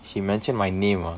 she mention my name ah